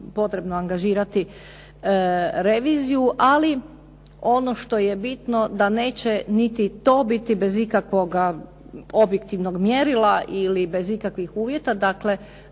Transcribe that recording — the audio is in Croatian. potrebno angažirati reviziju. Ali ono što je bitno da neće niti to biti bez ikakvoga objektivnog mjerila ili bez ikakvih uvjeta.